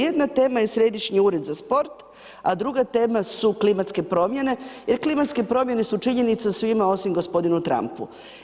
Jedna tema je Središnji ured za sport, a druga tema su klimatske promjene, jer klimatske promjene su činjenica svima osim gospodinu Trampu.